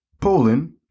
Poland